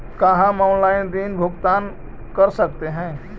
का हम आनलाइन ऋण भुगतान कर सकते हैं?